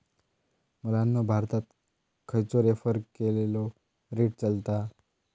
मुलांनो भारतात खयचो रेफर केलेलो रेट चलता?